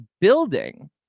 building